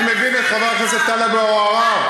אני מבין את חבר הכנסת טלב אבו עראר,